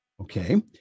okay